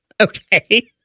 Okay